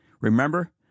Remember